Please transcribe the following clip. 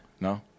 No